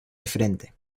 diferente